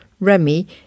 Remy